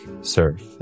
surf